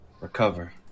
recover